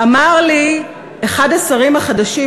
אמר לי אחד השרים החדשים,